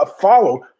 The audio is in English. follow